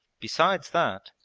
besides that,